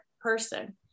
person